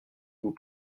vous